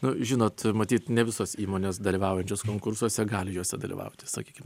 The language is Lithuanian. nu žinot matyt ne visos įmonės dalyvaujančios konkursuose gali juose dalyvauti sakykim